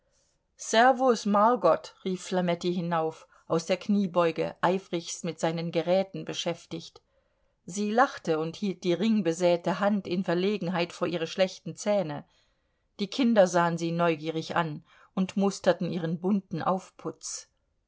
servus margot rief flametti hinauf aus der kniebeuge eifrigst mit seinen geräten beschäftigt sie lachte und hielt die ringbesäte hand in verlegenheit vor ihre schlechten zähne die kinder sahen sie neugierig an und musterten ihren bunten aufputz